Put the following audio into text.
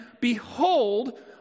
behold